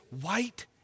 white